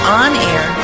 on-air